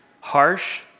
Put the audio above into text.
harsh